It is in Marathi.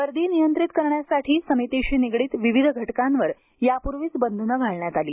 गर्दी नियंत्रित करण्यासाठी समितीशी निगडित विविध घटकांवर याप्रर्वीच बंधनं घालण्यात आली